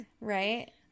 right